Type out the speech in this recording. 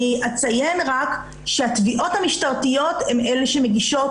אני אציין רק שהתביעות המשטרתיות הן אלה שמגישות